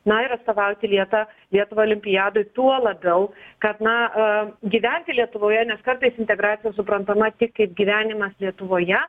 na ir atstovauti lietuvą lietuvą olimpiadoj tuo labiau kad na a gyventi lietuvoje nes kartais integracija suprantama tik kaip gyvenimas lietuvoje